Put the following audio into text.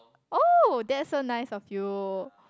oh that's so nice of you